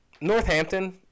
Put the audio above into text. Northampton